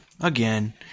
again